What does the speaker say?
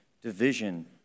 division